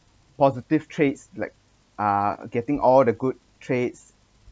positive traits like uh getting all the good traits